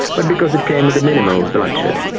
but because it came with a minimum of bloodshed.